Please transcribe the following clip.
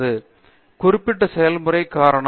பேராசிரியர் அரிந்தமா சிங் குறிப்பிட்ட செயல்முறை காரணம்